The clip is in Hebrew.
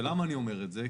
ולמה אני אומר את זה?